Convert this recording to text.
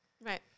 Right